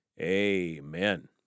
Amen